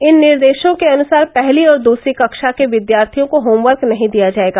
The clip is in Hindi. इन निर्देशों के अनुसार पहली और दूसरी कक्षा के विद्यार्थियों को होमवर्क नहीं दिया जाएगा